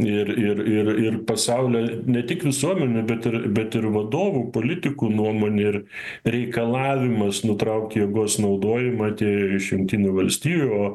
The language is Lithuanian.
ir ir ir ir pasaulio ne tik visuomenių bet ir bet ir vadovų politikų nuomonė ir reikalavimas nutraukt jėgos naudojimą atėjo iš jungtinių valstijų o